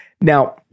Now